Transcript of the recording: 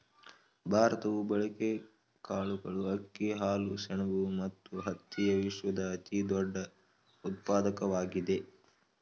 ಭಾರತವು ಬೇಳೆಕಾಳುಗಳು, ಅಕ್ಕಿ, ಹಾಲು, ಸೆಣಬು ಮತ್ತು ಹತ್ತಿಯ ವಿಶ್ವದ ಅತಿದೊಡ್ಡ ಉತ್ಪಾದಕವಾಗಿದೆ